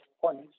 points